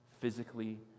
physically